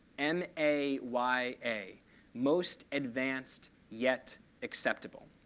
m a y a most advanced yet acceptable.